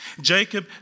Jacob